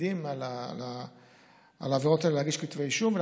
מקפידים להגיש כתבי אישום על העבירות האלה,